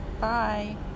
Bye